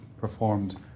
performed